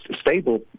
stable